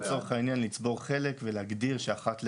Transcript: לצורך העניין לצבור חלק ולהגדיר שאחת לעשור,